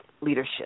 leadership